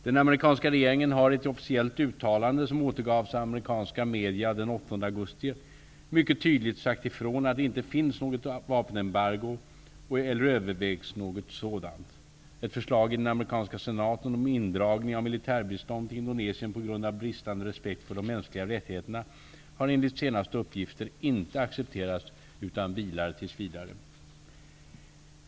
Den amerikanska regeringen har i ett officiellt uttalande som återgavs av amerikanska medier den 8 augusti mycket tydligt sagt ifrån att det inte finns något vapenembargo eller övervägs något sådant. Ett förslag i den amerikanska senaten om indragning av militärbistånd till Indonesien på grund av bristande respekt för de mänskliga rättigheterna har enligt senaste uppgifter inte accepterats utan vilar tills vidare.